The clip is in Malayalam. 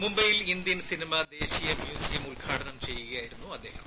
മുംബൈയിൽ ഇന്ത്യൻ സിനിമ ദേശീയ മ്യൂസിയം ഉദ്ഘാടനം ചെയ്യുകയായിരുന്നു അദ്ദേഹം